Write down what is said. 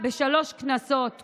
בשלוש כנסות קודמות.